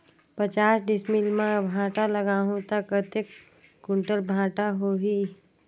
पचास डिसमिल मां भांटा लगाहूं ता कतेक कुंटल भांटा होही?